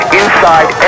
inside